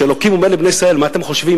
שאלוקים אומר לבני ישראל: מה אתם חושבים,